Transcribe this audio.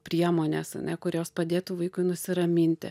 priemonės kurios padėtų vaikui nusiraminti